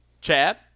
Chad